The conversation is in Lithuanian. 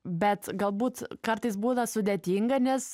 bet galbūt kartais būna sudėtinga nes